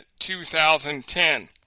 2010